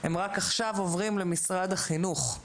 הם רק עכשיו עוברים למשרד החינוך.